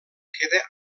queda